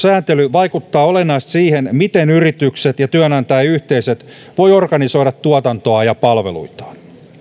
vaikuttaa olennaisesti siihen miten yritykset ja työnantajayhteisöt voivat organisoida tuotantoaan ja palveluitaan